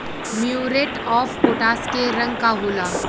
Muriate of potash के रंग का होला?